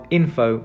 info